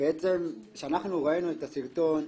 בעצם כשאנחנו ראינו את הסרטון,